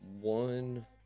one